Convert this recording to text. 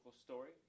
story